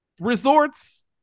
Resorts